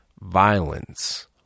violence